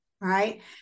right